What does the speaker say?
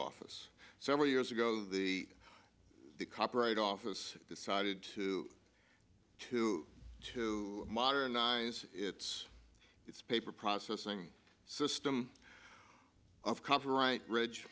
office several years ago the the copyright office decided to to to modernize its its paper processing system of copyright ridge